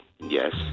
Yes